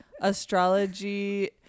astrology